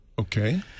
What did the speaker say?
Okay